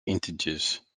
integers